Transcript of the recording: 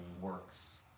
works